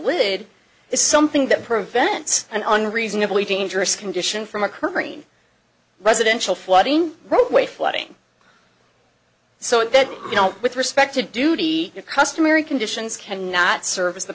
lid is something that prevents an unreasonably dangerous condition from occurring in residential flooding roadway flooding so that you know with respect to duty your customary conditions can not serv